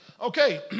Okay